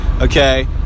okay